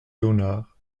léonard